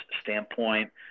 standpoint